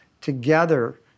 together